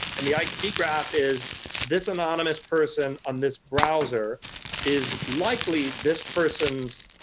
and the id graph is this anonymous person on this browser is likely this person's